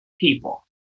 people